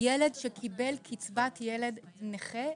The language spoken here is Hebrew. ילד שקיבל קצבת ילד נכה.